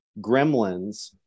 Gremlins